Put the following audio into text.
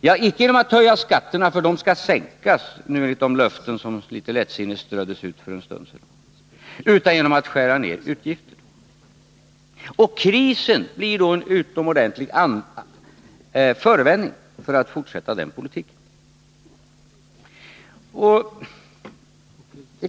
Ja, icke genom att höja skatterna — för de skall sänkas nu, enligt de löften som litet lättsinnigt ströddes ut för en stund sedan — utan genom att skära ner utgifterna. Krisen blir då en utomordentlig förevändning för att fortsätta den politiken.